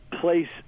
place